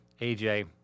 AJ